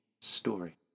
story